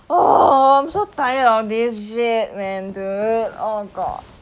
oh I'm so tired of this shit man dude oh god